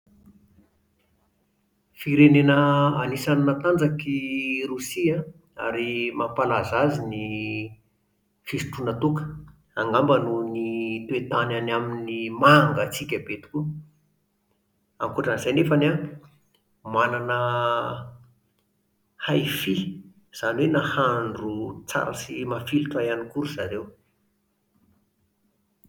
Firenena anisan'ny matanjaka i Rosia an, ary mampalaza azy ny fisotroana toaka. Angamba noho ny toetany any aminy mangatsiaka be tokoa. Ankoatra an'izay anefany an, manana haify, izany hoe nahandro tsara sy mafilotra ihany koa ry zareo